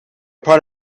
part